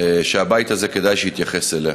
שהבית הזה כדאי שיתייחס אליה,